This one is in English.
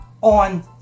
on